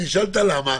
נשאל "למה",